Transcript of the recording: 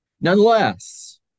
Nonetheless